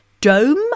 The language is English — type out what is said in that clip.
dome